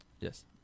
Yes